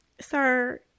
Sir